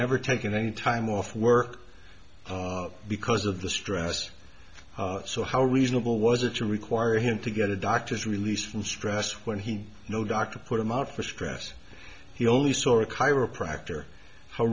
never taken any time off work because of the stress so how reasonable was it to require him to get a doctor's release from stress when he no doctor put him out for stress he only saw a chiropractor how